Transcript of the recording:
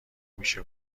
میشه